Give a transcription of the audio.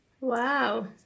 Wow